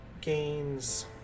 gains